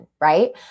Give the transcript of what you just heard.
right